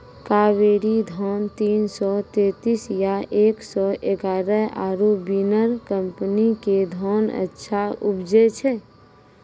कावेरी धान तीन सौ तेंतीस या एक सौ एगारह आरु बिनर कम्पनी के धान अच्छा उपजै छै?